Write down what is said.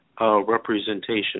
representation